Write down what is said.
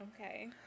okay